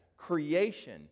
Creation